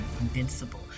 invincible